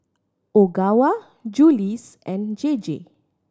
Ogawa Julie's and J J